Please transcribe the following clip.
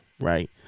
Right